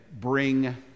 bring